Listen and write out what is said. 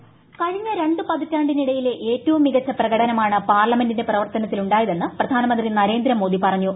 voice കഴിഞ്ഞ രണ്ട് പതിറ്റാണ്ടിനിടയിലെ ഏറ്റവും മികച്ച പ്രകടനമാണ് പാർലമെന്റിന്റെ പ്രവർത്തനത്തിലുണ്ടായതെന്ന് പ്രധാനമന്ത്രി നരേന്ദ്രമോദി പറഞ്ഞു